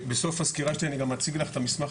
בסוף הסקירה שלי אני גם אציג לך את המסמך